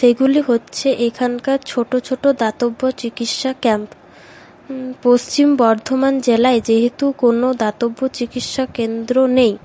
সেগুলি হচ্ছে এইখানকার ছোটো ছোটো দাতব্য চিকিৎসা ক্যাম্প পশ্চিম বর্ধমান জেলায় যেহেতু কোনো দাতব্য চিকিৎসা কেন্দ্র নেই